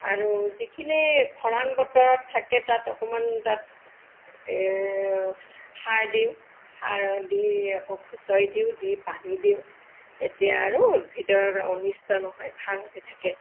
আৰু যিখিনি খৰাং বতৰত থাকে তাত অকণমান তাত সাৰ দিওঁ সাৰ দি আকৌ খুচৰি দিওঁ দি পানী দিওঁ তেতিয়া আৰু উদ্ভিদৰ অনিষ্ট নহয় ভাল হৈ থাকে